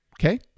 Okay